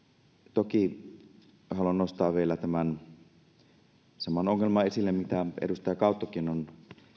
toki haluan nostaa vielä tämän saman ongelman esille mitä edustaja auttokin on